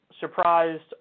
surprised